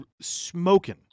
smoking